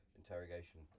interrogation